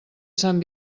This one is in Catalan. sant